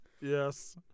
Yes